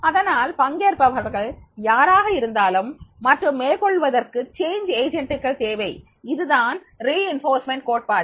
அதனால் பங்கேற்பவர்கள் யாராக இருந்தாலும் மற்றும் மேற்கொள்வதற்கு மாற்றம் காரணிகள் தேவை இதுதான் வலுவூட்டல் கோட்பாடு